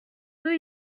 new